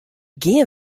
gean